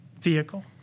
vehicle